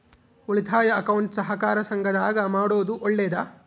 ಉಳಿತಾಯ ಅಕೌಂಟ್ ಸಹಕಾರ ಸಂಘದಾಗ ಮಾಡೋದು ಒಳ್ಳೇದಾ?